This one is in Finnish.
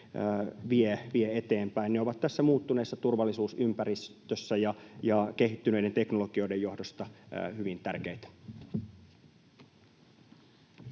vie eteenpäin. Ne ovat tässä muuttuneessa turvallisuusympäristössä ja kehittyneiden teknologioiden johdosta hyvin tärkeitä.